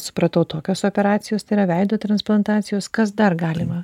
supratau tokios operacijos tai yra veido transplantacijos kas dar galima